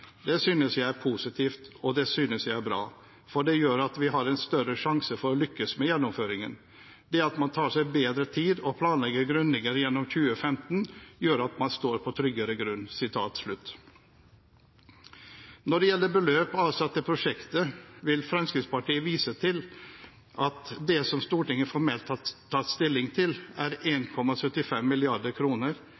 Det synes jeg er positivt, og det synes jeg er bra, for det gjør at vi har større sjanse for å lykkes med gjennomføringen. Det at man tar seg bedre tid og planlegger grundigere gjennom 2015, gjør også at man står på tryggere grunn.» Når det gjelder beløp avsatt til prosjektet, vil Fremskrittspartiet vise til at det som Stortinget formelt har tatt stilling til, er